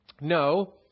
no